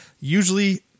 Usually